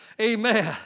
Amen